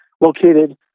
located